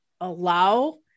allow